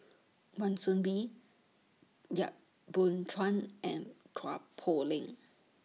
Wan Soon Bee Yap Boon Chuan and Chua Poh Leng